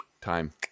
time